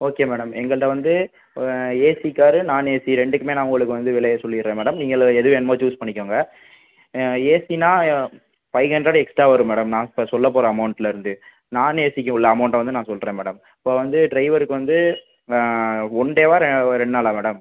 okay madam எங்கள்ட்ட வந்து AC car நான் ஏசி ரெண்டுக்குமே நான் உங்களுக்கு வந்து விலைய சொல்லிடுறேன் மேடம் நீங்கள் அதில் எது வேணுமோ சூஸ் பண்ணிக்கோங்க ஏசின்னா ஃபைவ் ஹண்ட்ரட் எக்ஸ்ட்ரா வரும் மேடம் நான் இப்போ சொல்ல போகிற அமௌண்ட்டுலேருந்து நான் ஏசிக்குள்ள அமௌண்ட்டை வந்து நான் சொல்கிறேன் மேடம் இப்போ வந்து டிரைவருக்கு வந்து ஒன்டேவா ரெ ரெண்டு நாளா மேடம்